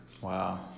Wow